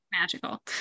Magical